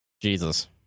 Jesus